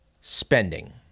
spending